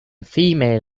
female